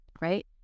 right